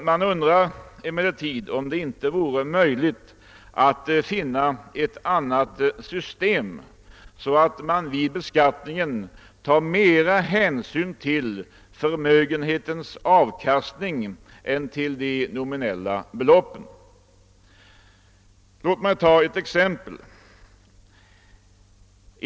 Man undrar emellertid om det inte vore möjligt att finna ett annat system, så att det vid beskattningen togs större hänsyn till förmögenhetens avkastning än till dess nominella belopp. Låt mig ta ett exempel.